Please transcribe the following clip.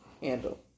handle